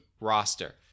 roster